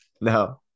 no